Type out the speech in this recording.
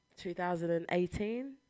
2018